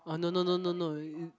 oh no no no no no you